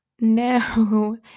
no